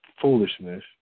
foolishness